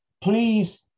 Please